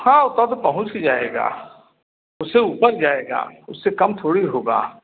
हाँ उतना तो पहुँच ही जाएगा उससे ऊपर जाएगा उससे कम थोड़ी होगा